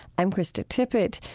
i'm krista tippett.